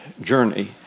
journey